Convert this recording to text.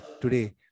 today